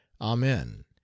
Amen